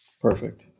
Perfect